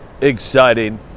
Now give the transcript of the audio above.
exciting